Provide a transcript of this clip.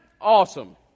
awesome